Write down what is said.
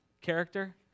character